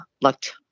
looked